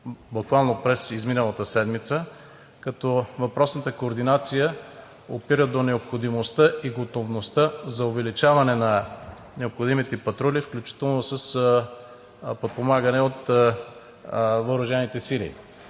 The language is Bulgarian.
на отбраната, като въпросната координация опира до необходимостта и готовността за увеличаване на необходимите патрули, включително с подпомагане от въоръжените сили